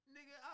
Nigga